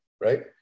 right